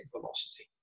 velocity